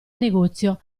negozio